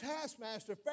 taskmaster